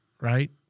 Right